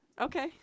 Okay